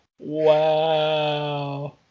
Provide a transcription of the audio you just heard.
wow